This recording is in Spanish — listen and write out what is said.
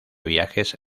viajes